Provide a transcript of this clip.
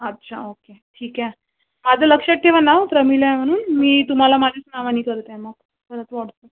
अच्छा ओके ठीक आहे माझं लक्षात ठेवा नाव प्रमिला आहे म्हणून मी तुम्हाला माझ्याच नावाने करते मग परत वॉट्सअप